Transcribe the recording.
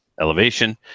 elevation